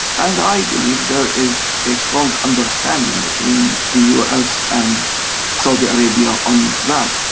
and i believe there is a strong understanding between the us and saudi arabia on that.